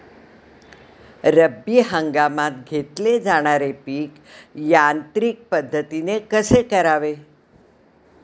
रब्बी हंगामात घेतले जाणारे पीक यांत्रिक पद्धतीने कसे करावे?